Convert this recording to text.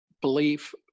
belief